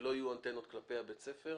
שלא יהיו אנטנות המופנות כלפי בית הספר.